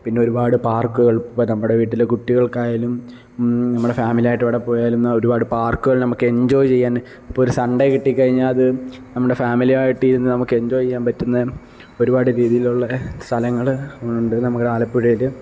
പിന്നൊരുപാട് പാർക്കുകൾ നമ്മുടെ വീട്ടിലെ കുട്ടികൾക്കായാലും നമ്മൾ ഫാമിലി ആയിട്ട് എവിടെ പോയാലും ഒരുപാട് പാർക്കുകൾ നമുക്ക് എഞ്ചോയ് ചെയ്യാനും ഇപ്പം ഒരു സൺഡേ കിട്ടി കഴിഞ്ഞാൽ അത് നമ്മുടെ ഫാമിലി ആയിട്ടിരുന്നു നമുക്ക് എൻജോയ് ചെയ്യാൻ പറ്റുന്ന ഒരുപാട് രീതിയിലുള്ള സ്ഥലങ്ങൾ ഉണ്ട് നമ്മുടെ ആലപ്പുഴയിൽ